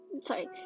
Sorry